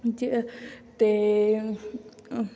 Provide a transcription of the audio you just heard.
ਜੇ ਅਤੇ